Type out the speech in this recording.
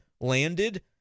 landed